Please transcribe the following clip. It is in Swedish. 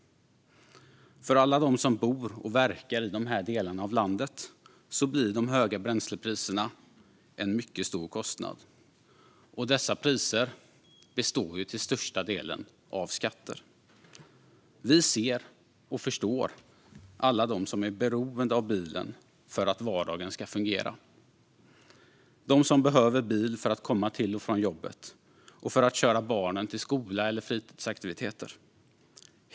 För alla dem som bor och verkar i de delarna av landet blir de höga bränslepriserna en mycket stor kostnad. Dessa priser består till största delen av skatter. Vi ser och förstår alla dem som är beroende av bilen för att vardagen ska fungera; de som behöver bilen för att komma till och från jobbet, för att köra barnen till skolan eller fritidsaktiviteter.